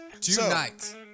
Tonight